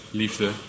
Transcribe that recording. liefde